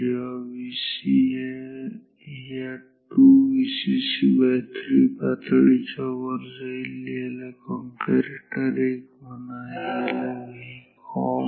जेव्हा Vc या 2Vcc3 पातळीच्या वर जाईल याला कंपॅरेटर 1 म्हणा तर याला Vcomp1 म्हणा